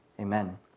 Amen